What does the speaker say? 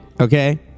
okay